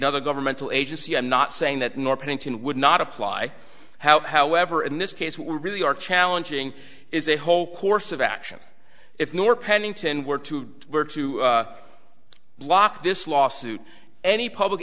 aid other governmental agency i'm not saying that nor pennington would not apply however in this case we really are challenging is a whole course of action if nor pennington were to were to block this lawsuit any public